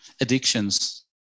addictions